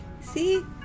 See